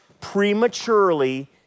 prematurely